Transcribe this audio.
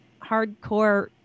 hardcore